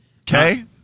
Okay